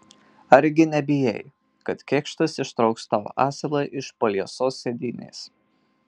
argi nebijai kad kėkštas ištrauks tau asilą iš po liesos sėdynės